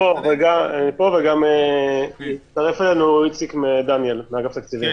פה וגם הצטרף אלינו איציק דניאל מאגף התקציבים.